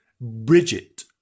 bridget